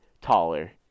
taller